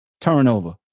turnover